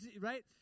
right